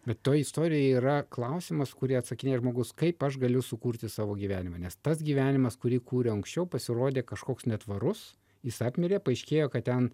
bet toj istorijoj yra klausimas kurį atsakinėja žmogus kaip aš galiu sukurt savo gyvenimą nes tas gyvenimas kurį kūriau anksčiau pasirodė kažkoks netvarus jis apmirė paaiškėjo kad ten